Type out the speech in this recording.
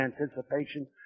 anticipation